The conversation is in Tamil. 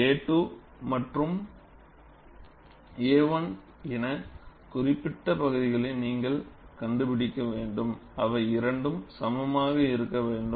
A2 மற்றும் A1 என குறிக்கப்பட்ட பகுதிகளை நீங்கள் கண்டுபிடிக்க வேண்டும் அவை இரண்டும் சமமாக இருக்க வேண்டும்